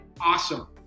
awesome